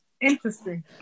Interesting